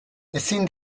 ezin